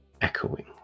echoing